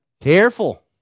Careful